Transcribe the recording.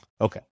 Okay